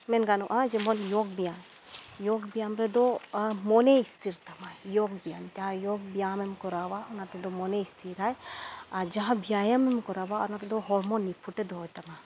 ᱢᱮᱱ ᱜᱟᱱᱚᱜᱼᱟ ᱡᱮᱢᱚᱱ ᱡᱳᱜᱽ ᱵᱮᱭᱟᱢ ᱡᱳᱜᱽ ᱵᱮᱭᱟᱢ ᱨᱮᱫᱚ ᱢᱚᱱᱮ ᱥᱛᱷᱤᱨ ᱛᱟᱢᱟᱭ ᱡᱳᱜᱽ ᱵᱮᱭᱟᱢᱛᱮ ᱟᱨ ᱡᱳᱜᱽ ᱵᱮᱭᱟᱢᱮᱢ ᱠᱚᱨᱟᱣᱟ ᱚᱱᱟ ᱛᱮᱫᱚ ᱢᱚᱱᱮ ᱥᱛᱷᱤᱨᱟᱭ ᱟᱨ ᱡᱟᱦᱟᱸ ᱵᱮᱭᱟᱢᱮᱢ ᱠᱚᱨᱟᱣᱟ ᱚᱱᱟ ᱠᱚᱫᱚ ᱦᱚᱲᱢᱚ ᱱᱤᱯᱷᱩᱴᱮ ᱫᱚᱦᱚᱭ ᱛᱟᱢᱟ